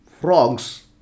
frogs